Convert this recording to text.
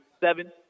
seven